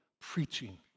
preaching